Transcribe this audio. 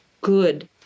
good